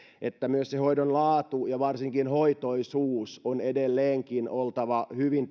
että myös hoidon laadun ja varsinkin hoitoisuuden on edelleenkin oltava hyvin